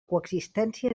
coexistència